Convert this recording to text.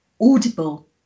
audible